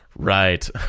Right